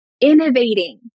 innovating